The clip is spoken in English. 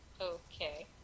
Okay